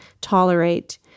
tolerate